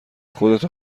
خودتو